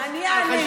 אני אענה.